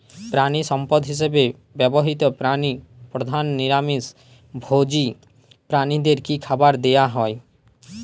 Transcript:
প্রাণিসম্পদ হিসেবে ব্যবহৃত প্রাণী প্রধানত নিরামিষ ভোজী প্রাণীদের কী খাবার দেয়া হয়?